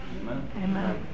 Amen